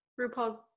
RuPaul's